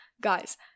Guys